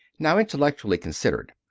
now, intellectually considered,